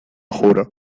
juro